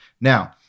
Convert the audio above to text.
Now